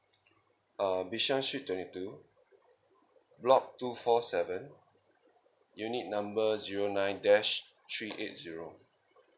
uh bishan street twenty two block two four seven unit number zero nine dash three eight zero